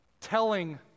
telling